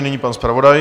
Nyní pan zpravodaj.